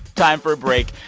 time for a break.